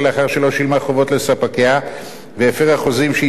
שילמה חובות לספקיה והפירה חוזים שהיא צד להם.